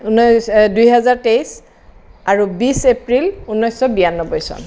ঊনৈছ দুই হেজাৰ তেইছ আৰু বিছ এপ্ৰিল ঊনৈছশ বিৰান্নব্বৈ চন